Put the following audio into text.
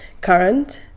current